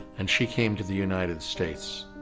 and she came to the united states.